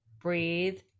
breathe